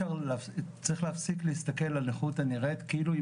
צריך להפסיק להסתכל על הנכות הנראית כאילו היא